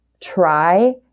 try